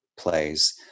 Plays